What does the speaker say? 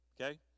okay